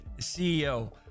CEO